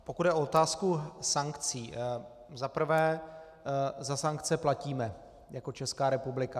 Pokud jde o otázku sankcí, za prvé za sankce platíme jako Česká republika.